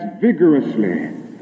vigorously